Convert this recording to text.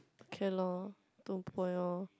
okay lor two point orh